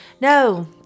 No